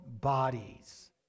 bodies